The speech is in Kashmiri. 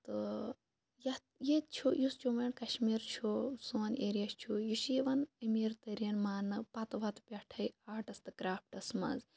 تہٕ یَتھ ییٚتہ چھُ یُس جموں ایٚنٛڈ کَشمیٖر چھُ سون ایریا چھُ یہِ چھُ یِوان امیٖر تریٖن ماننہٕ پَتہٕ وَتہٕ پیٹھے آٹَس تہٕ کرافٹَس مَنٛز